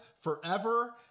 forever